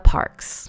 Parks